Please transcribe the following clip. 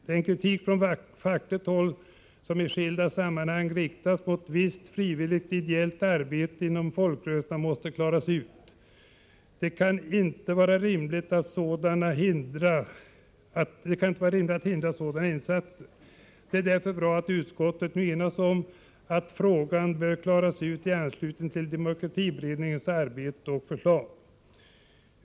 Den kritik från fackligt håll som i skilda sammanhang riktats mot visst frivilligt ideellt arbete inom folkrörelserna måste klaras ut. Det kan inte vara rimligt att hindra sådana insatser. Det är därför bra att utskottet nu enats om att frågan bör klaras ut i anslutning till demokratiberedningens arbete och förslag.